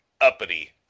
Uppity